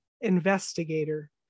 investigator